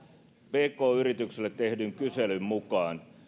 pk yrityksille tehdyn kyselyn mukaan